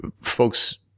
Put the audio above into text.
folks